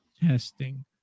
Testing